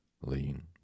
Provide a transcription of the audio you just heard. lean